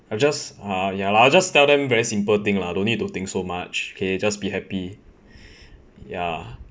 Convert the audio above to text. I just ah ya lah I'll just tell them very simple thing lah don't need to think so much k just be happy ya